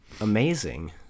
amazing